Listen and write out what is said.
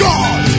God